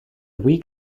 week